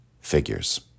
figures